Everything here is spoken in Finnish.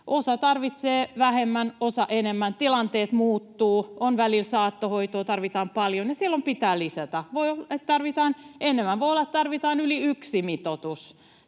Osa tarvitsee vähemmän, osa enemmän, tilanteet muuttuvat, on välillä saattohoitoa, tarvitaan paljon, ja silloin pitää lisätä. Voi olla, että tarvitaan enemmän — voi